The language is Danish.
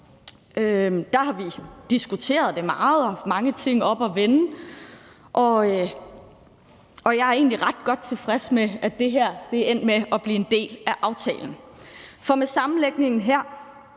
Vi har diskuteret det meget og haft mange ting oppe at vende, og jeg er egentlig ret godt tilfreds med, at det her er endt med at blive en del af aftalen. For med sammenlægningen her